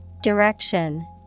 Direction